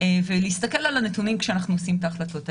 ולהסתכל על הנתונים כשאנחנו מקבלים את ההחלטות האלה.